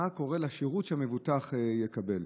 מה יקרה לשירות שהמבוטח יקבל.